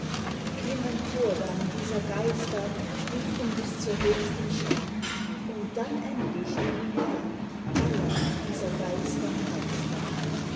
klimm empor dann dieser geister stufen bis zur höchsten schar und dann endlich nimm ihn wahr aller dieser geister meister